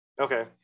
Okay